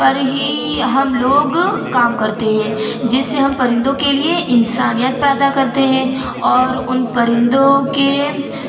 پر ہی ہم لوگ کام کرتے ہیں جس سے ہم پرندوں کے لیے انسانیت پیدا کرتے ہیں اور ان پرندوں کے